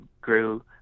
grew